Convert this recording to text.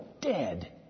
dead